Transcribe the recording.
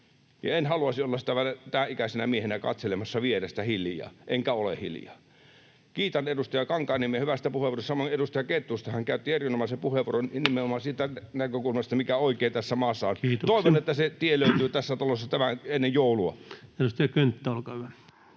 en haluaisi olla sitä tämänikäisenä miehenä katselemassa vierestä hiljaa, enkä ole hiljaa. Kiitän edustaja Kankaanniemeä hyvästä puheenvuorosta. Samoin edustaja Kettusta, joka käytti erinomaisen puheenvuoron nimenomaan siitä näkökulmasta, mikä oikein tässä maassa on. [Puhemies: Kiitoksia!] Toivon, että se tie löytyy tässä talossa ennen joulua. [Speech 399] Speaker: